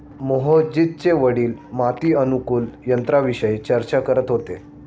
मोहजितचे वडील माती अनुकूलक यंत्राविषयी चर्चा करत होते